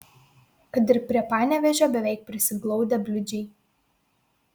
kad ir prie panevėžio beveik prisiglaudę bliūdžiai